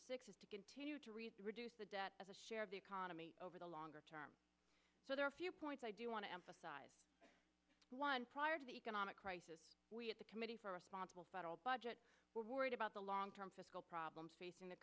six is to continue to receive reduce the debt as a share of the economy over the longer term so there are a few points i do want to emphasize one prior to the economic crisis we at the committee for responsible federal budget were worried about the long term fiscal problems facing the